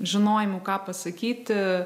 žinojimu ką pasakyti